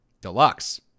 Deluxe